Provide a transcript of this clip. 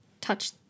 touch